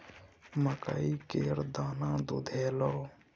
मकइ केर दाना दुधेलौ?